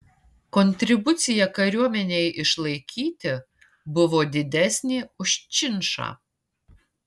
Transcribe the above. kontribucija kariuomenei išlaikyti buvo didesnė už činšą